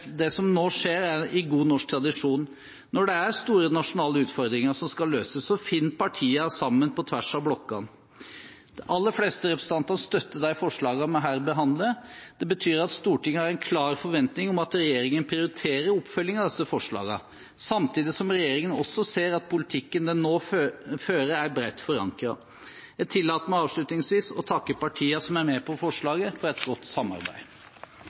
Det som nå skjer, er i god norsk tradisjon. Når det er store nasjonale utfordringer som skal løses, finner partiene sammen på tvers av blokkene. De aller fleste representantene støtter de forslagene vi her behandler. Det betyr at Stortinget har en klar forventning om at regjeringen prioriterer oppfølging av disse forslagene, samtidig som regjeringen også ser at politikken den nå fører, er bredt forankret. Jeg tillater meg avslutningsvis å takke partiene som er med på forslaget, for et godt samarbeid.